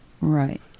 Right